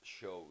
shows